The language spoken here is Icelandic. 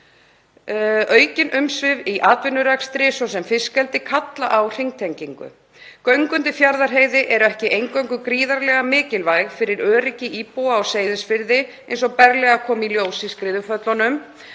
Aukin umsvif í atvinnurekstri, svo sem fiskeldi, kalla á hringtengingu. Göng undir Fjarðarheiði eru ekki eingöngu gríðarlega mikilvæg fyrir öryggi íbúa á Seyðisfirði, eins og berlega kom í ljós í skriðuföllunum,